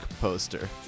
poster